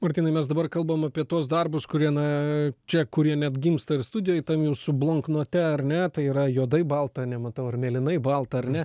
martynai mes dabar kalbam apie tuos darbus kurie na čia kurie net gimsta ir studijoj tam jūsų bloknote ar ne tai yra juodai balta nematau ar mėlynai balta ar ne